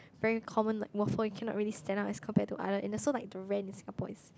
very common like waffle you cannot really stand out as compared to other and also like the rent in Singapore is